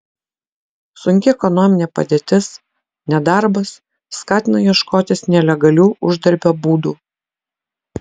sunki ekonominė padėtis nedarbas skatina ieškotis nelegalių uždarbio būdų